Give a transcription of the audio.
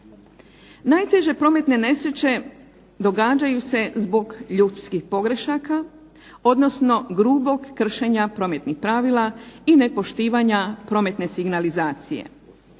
Najteže prometne nesreće događaju se zbog ljudskih pogrešaka, odnosno grubog kršenja prometnih pravila i nepoštivanja prometne signalizacije.